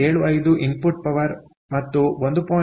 75 input power ಮತ್ತು 1